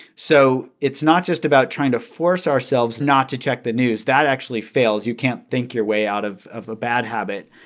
so it's not just about trying to force ourselves not to check the news. that actually fails. you can't think your way out of of a bad habit.